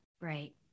Right